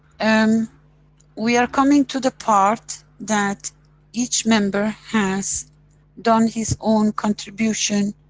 and we are coming to the part that each member has done his own contribution